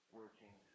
working